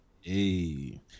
Hey